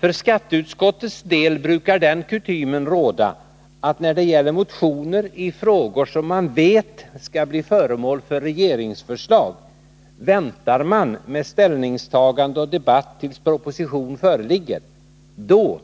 För skatteutskottets del brukar den kutymen råda att när det gäller motioner i frågor som man vet skall bli föremål för regeringsförslag väntar man med ställningstagande och debatt tills propositionen föreligger. Då,